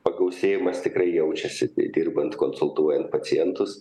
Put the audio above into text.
pagausėjimas tikrai jaučiasi tai dirbant konsultuojant pacientus